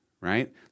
right